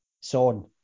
Son